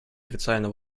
официально